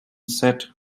set